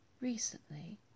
Recently